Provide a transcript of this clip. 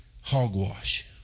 hogwash